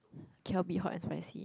cannot be hot and spicy